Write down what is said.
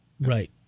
Right